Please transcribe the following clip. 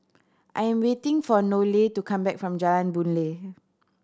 I'm waiting for Nohely to come back from Jalan Boon Lay